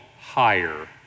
higher